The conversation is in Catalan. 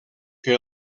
que